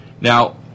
Now